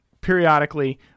periodically